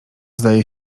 zdaje